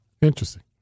Interesting